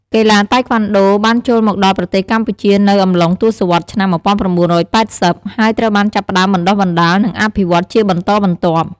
កីឡាតៃក្វាន់ដូបានចូលមកដល់ប្រទេសកម្ពុជានៅអំឡុងទសវត្សរ៍ឆ្នាំ ១៩៨០ ហើយត្រូវបានចាប់ផ្ដើមបណ្ដុះបណ្ដាល និងអភិវឌ្ឍជាបន្តបន្ទាប់។